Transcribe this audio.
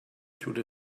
through